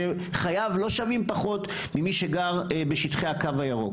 שחייו לא שווים פחות ממי שגר בשטחי הקו הירוק